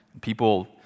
People